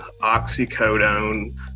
oxycodone